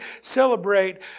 celebrate